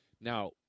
Now